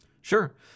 Sure